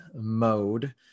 mode